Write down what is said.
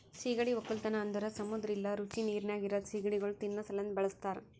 ಸೀಗಡಿ ಒಕ್ಕಲತನ ಅಂದುರ್ ಸಮುದ್ರ ಇಲ್ಲಾ ರುಚಿ ನೀರಿನಾಗ್ ಇರದ್ ಸೀಗಡಿಗೊಳ್ ತಿನ್ನಾ ಸಲೆಂದ್ ಬಳಸ್ತಾರ್